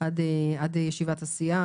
עד ישיבת הסיעה.